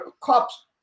cops